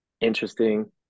interesting